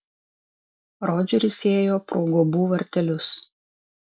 rodžeris įėjo pro guobų vartelius